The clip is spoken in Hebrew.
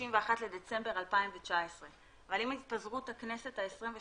בדצמבר 2019. אבל עם התפזרות הכנסת ה-22